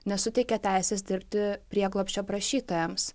nesuteikia teisės dirbti prieglobsčio prašytojams